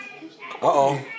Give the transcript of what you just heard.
Uh-oh